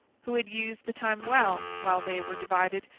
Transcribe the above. who had used the time well while they were divided,